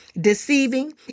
deceiving